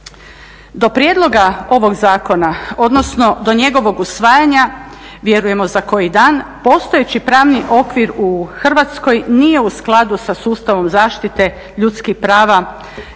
Do prijedloga ovog zakona odnosno do njegovog usvajanja, vjerujem za koji dan, postojeći pravni okvir u Hrvatskoj nije u skladu sa sustavom zaštite ljudskih prava